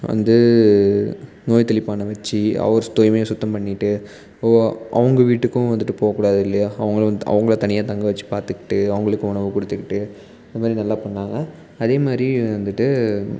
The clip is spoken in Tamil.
வந்து நோய் தெளிப்பானை வச்சு அவர் தூய்மையாக சுத்தம் பண்ணிகிட்டு ஓ அவங்க வீட்டுக்கும் வந்துட்டு போக கூடாது இல்லையா அவங்கள வந் அவங்கள தனியாக தங்கவச்சு பார்த்துக்கிட்டு அவங்களுக்கு உணவு கொடுத்துக்கிட்டு இந்தமாதிரி நல்லா பண்ணிணாங்க அதேமாதிரி வந்துட்டு